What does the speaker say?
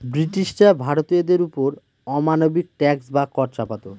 ব্রিটিশরা ভারতীয়দের ওপর অমানবিক ট্যাক্স বা কর চাপাতো